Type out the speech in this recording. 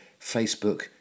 Facebook